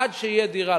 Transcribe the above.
עד שתהיה דירה,